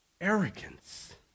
arrogance